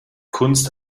kunst